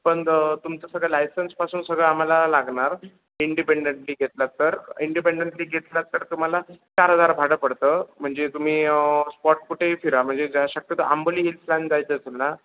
पण तुमचं सगळं लायसन्सपासून सगळं आम्हाला लागणार इंडिपेंडंटली घेतलात तर इंडिपेंडंटली घेतलात तर तुम्हाला चार हजार भाडं पडतं म्हणजे तुम्ही स्पॉट कुठेही फिरा म्हणजे जा शक्यतो आंबोली हिल्स प्लॅन जायचं असेल ना